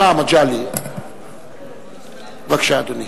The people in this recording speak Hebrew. בבקשה, אדוני.